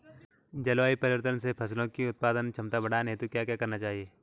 जलवायु परिवर्तन से फसलों की उत्पादन क्षमता बढ़ाने हेतु क्या क्या करना चाहिए?